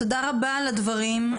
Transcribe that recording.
תודה רבה על הדברים,